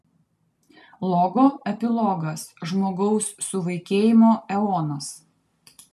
logo epilogas žmogaus suvaikėjimo eonas